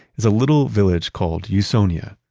is a little village called usonia.